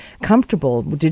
comfortable